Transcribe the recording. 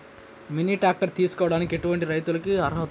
Mini tractor తీసుకోవడానికి ఎటువంటి రైతులకి అర్హులు?